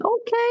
okay